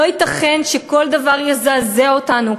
לא ייתכן שכל דבר יזעזע אותנו,